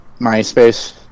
MySpace